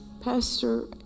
Pastor